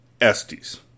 Estes